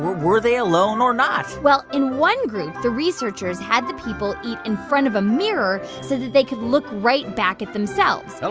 were were they alone or not? well, in one group, the researchers had the people eat in front of a mirror so that they could look right back at themselves. and